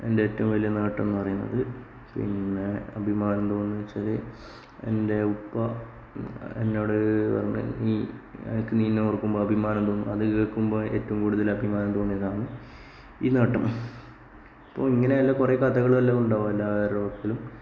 എൻറെ ഏറ്റവുംവലിയ നേട്ടം എന്നുപറയുന്നത് പിന്നെ അഭിമാനം തോന്നുന്നതെന്ന് വെച്ചാല് എൻറെ ഉപ്പ എന്നോട് പറഞ്ഞ് നീ എനിക്ക് നിന്നെ ഓർക്കുമ്പോൾ അഭിമാനം തോന്നുന്നു അത് കേൾക്കുമ്പോൾ ഏറ്റവും കൂടുതല് അഭിമാനം തോന്നിയിരുന്നത് ഇതാ കേട്ടോ ഇപ്പോൾ ഇങ്ങനെയല്ലാം കുറെ കഥകള് ഉണ്ടാവും എല്ലാവരുടെയും ജീവിതത്തിലും